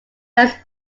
best